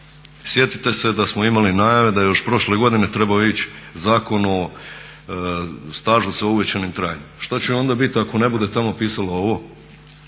Sjetite se smo imali najave da je još prošle godine trebao ići Zakon o stažu sa uvećanim trajanjem. Što će onda biti ako ne bude tamo pisalo ovo